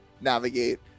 navigate